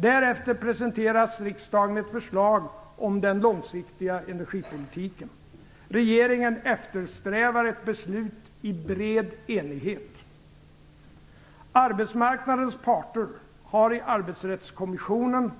Därefter presenteras riksdagen ett förslag om den långsiktiga energipolitiken. Regeringen eftersträvar ett beslut i bred enighet. Arbetsmarknadens parter har i Arbetsrättskommissionen